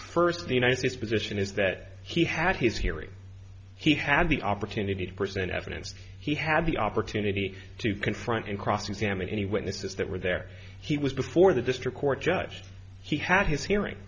first the united states position is that he had his hearing he had the opportunity to present evidence he had the opportunity to confront and cross examine any witnesses that were there he was before the district court judge he had his hearing